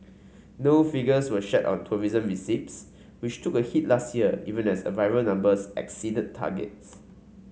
no figures were shared on tourism receipts which took a hit last year even as arrival numbers exceeded targets